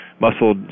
muscle